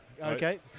Okay